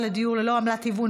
אינה נוכחת,